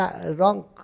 wrong